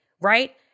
right